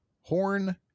Horn